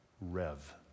rev